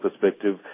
perspective